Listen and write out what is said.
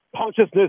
consciousness